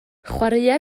chwaraea